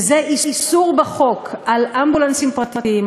וזה איסור בחוק על אמבולנסים פרטיים,